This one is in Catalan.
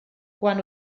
quan